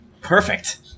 Perfect